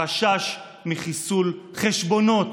החשש מחיסול חשבונות.